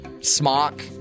smock